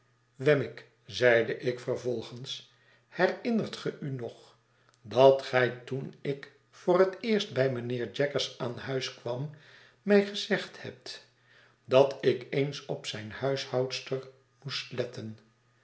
wemmick zeide ik vervolgens herinnert ge u nog dat gij toen ik voor het eerst bij mijnheer jaggers aan huis kwam mij gezegd hebt dat ik eens op zijne huishoudster moest letten